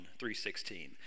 3.16